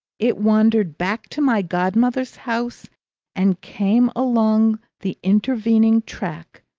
it wandered back to my godmother's house and came along the intervening track,